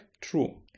true